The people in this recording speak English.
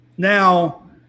Now